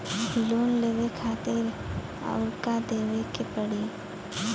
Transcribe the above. Loan लेवे खातिर अउर का देवे के पड़ी?